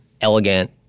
elegant